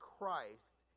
Christ